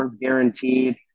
guaranteed